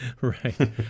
Right